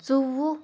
ژۄوُہ